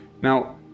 Now